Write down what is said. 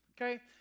okay